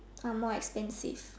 are more expensive